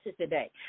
today